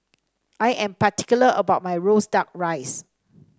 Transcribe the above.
I am particular about my roasted duck rice